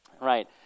right